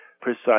precise